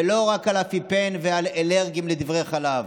ולא רק על אפיפן ועל אלרגיים לדברי חלב,